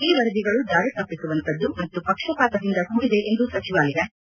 ಈ ವರದಿಗಳು ದಾರಿ ತಪ್ಪಿಸುವಂಥದ್ನು ಮತ್ನು ಪಕ್ಷಪಾತದಿಂದ ಕೂಡಿದೆ ಎಂದು ಸಚಿವಾಲಯ ಹೇಳಿದೆ